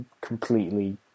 completely